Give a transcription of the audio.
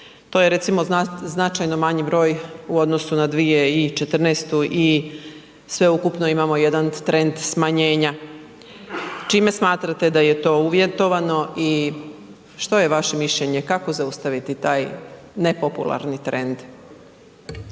To je recimo značajno manji broj u odnosu na 2014. i sveukupno imamo jedan trend smanjenja. Čime smatrate da je to uvjetovano i što je vaše mišljenje, kako zaustaviti taj nepopularni trend?